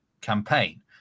campaign